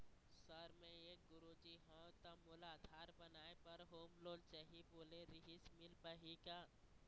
Sir मे एक गुरुजी हंव ता मोला आधार बनाए बर होम लोन चाही बोले रीहिस मील पाही का?